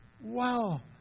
wow